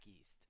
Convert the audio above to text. east